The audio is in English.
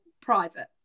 private